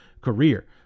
career